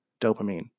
Dopamine